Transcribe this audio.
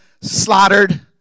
slaughtered